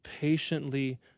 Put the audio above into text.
patiently